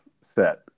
set